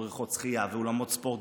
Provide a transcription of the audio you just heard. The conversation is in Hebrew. בריכות שחייה ואולמות ספורט.